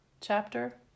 chapter